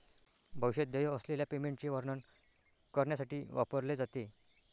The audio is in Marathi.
भविष्यात देय असलेल्या पेमेंटचे वर्णन करण्यासाठी वापरले जाते